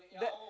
that